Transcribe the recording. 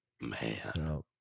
man